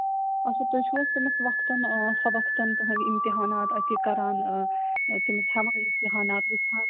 اَچھا تُہۍ چھُو حظ تٔمِس وقتَن آ سبق تُہٕنٛدۍ امتِحانات اَتی کَران تٔمِس ہٮ۪وان اِمتِحانات وُچھان